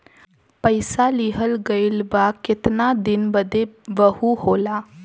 पइसा लिहल गइल बा केतना दिन बदे वहू होला